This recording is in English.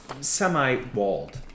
semi-walled